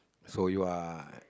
so you are